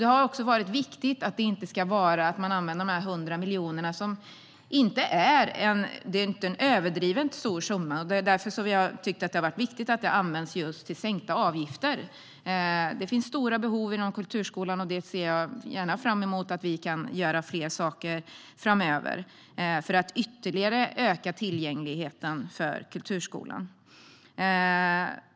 Det har också varit viktigt för oss att de 100 miljonerna, som inte är en överdrivet stor summa, ska användas till just sänkta avgifter. Det finns stora behov inom kulturskolan. Jag ser fram emot att kunna göra fler saker framöver, för att öka tillgängligheten ytterligare.